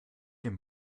den